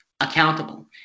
accountable